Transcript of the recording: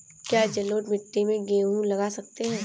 क्या जलोढ़ मिट्टी में गेहूँ लगा सकते हैं?